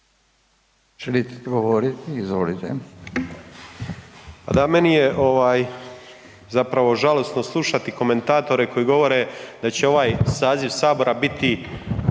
će odgovoriti, izvolite.